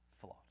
flawed